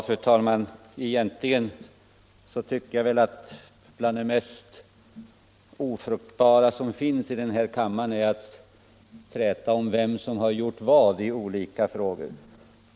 Fru talman! Egentligen tycker jag att till det mest ofruktbara som finns i den här kammaren hör att träta om vem som har gjort vad i Nr 43 olika frågor.